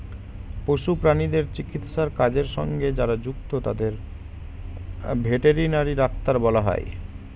পশু প্রাণীদের চিকিৎসার কাজের সঙ্গে যারা যুক্ত তাদের ভেটেরিনারি ডাক্তার বলা হয়